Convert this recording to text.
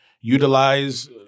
utilize